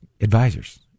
advisors